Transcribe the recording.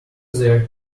their